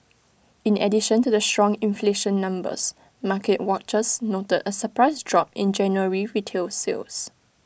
in addition to the strong inflation numbers market watchers noted A surprise drop in January retail sales